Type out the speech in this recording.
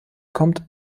kommt